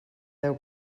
deu